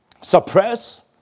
suppress